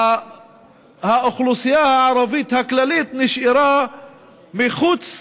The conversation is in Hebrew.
האוכלוסייה הערבית הכללית נשארה מחוץ